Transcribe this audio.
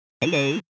Hello